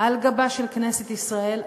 על גבה של כנסת ישראל,